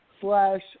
slash